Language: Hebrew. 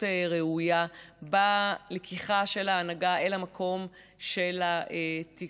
ראויה בלקיחה של ההנהגה אל המקום של התקווה,